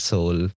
Soul